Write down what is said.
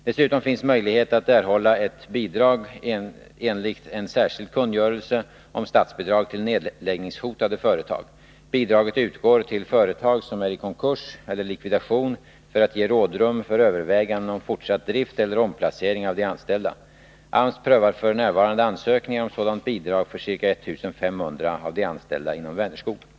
Dessutom finns möjlighet att erhålla ett bidrag enligt en särskild kungörelse om statsbidrag till nedläggningshotade företag. Bidraget utgår till företag som är i konkurs eller likvidation för att ge rådrum för överväganden om fortsatt drift eller omplacering av de anställda. AMS prövar f.n. ansökningar om sådant bidrag för ca 1500 av de anställda inom Väner 5 skog.